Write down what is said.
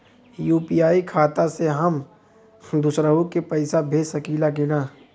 UPI खाता से हम दुसरहु के पैसा भेज सकीला की ना?